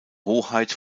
hoheit